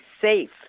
safe